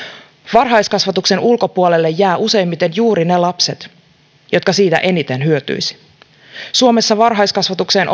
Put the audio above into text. varhaiskasvatuksen ulkopuolelle jäävät useimmiten juuri ne lapset jotka siitä eniten hyötyisivät suomessa varhaiskasvatukseen